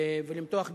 ולמתוח ביקורת.